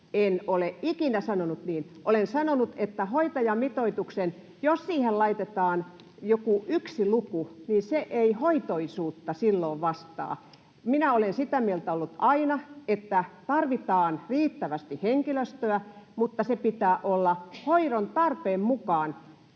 En ole ikinä sanonut niin. Olen sanonut, että jos hoitajamitoitukseen laitetaan joku yksi luku, niin se ei hoitoisuutta silloin vastaa. Minä olen sitä mieltä ollut aina, että tarvitaan riittävästi henkilöstöä, mutta sen pitää olla hoidon tarpeen mukaan.